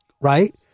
Right